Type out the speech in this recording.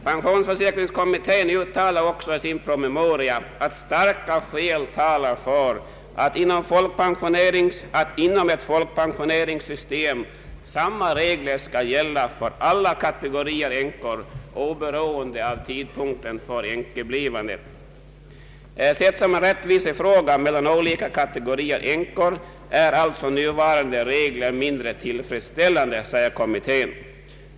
Pensionsförsäkringskommittén uttalar också i sin PM, ”att starka skäl talar för att inom ett folkpensioneringssystem samma regler skall gälla för alla kategorier änkor oberoende av tidpunkten för änkeblivandet. Sett som en rättvisefråga mellan olika kategorier änkor är alltså nuvarande regler mindre tillfredsställande”.